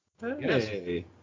Hey